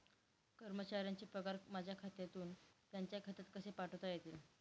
कर्मचाऱ्यांचे पगार माझ्या खात्यातून त्यांच्या खात्यात कसे पाठवता येतील?